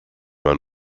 man